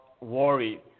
worry